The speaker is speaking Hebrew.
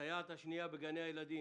הסייעת השנייה בגני הילדים